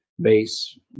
base